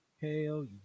Hell